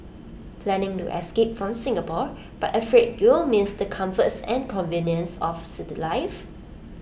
planning to escape from Singapore but afraid you'll miss the comforts and conveniences of city life